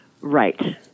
Right